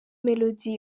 melody